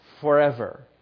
forever